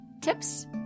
tips